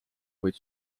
kuid